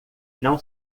não